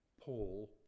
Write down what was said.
Paul